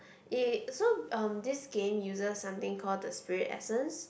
it so um this game uses something call the spirit essence